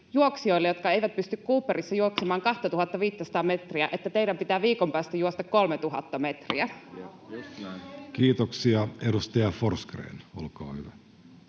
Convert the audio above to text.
juoksijoille, jotka eivät pysty Cooperissa juoksemaan 2 500:aa metriä, että teidän pitää viikon päästä juosta 3 000 metriä. Kiitoksia. — Edustaja Forsgrén, olkaa hyvä.